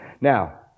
Now